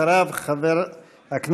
אחריו, חבר הכנסת